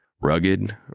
Rugged